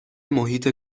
محیط